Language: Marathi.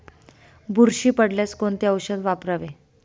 बुरशी पडल्यास कोणते औषध वापरावे?